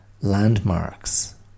landmarks